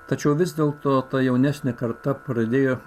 tačiau vis dėlto ta jaunesnė karta pradėjo